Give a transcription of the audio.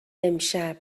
امشب